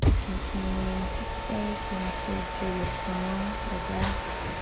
continue to stay connected to your song, your breath.